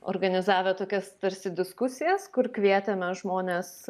organizavę tokias tarsi diskusijas kur kvietėme žmones